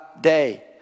day